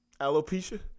Alopecia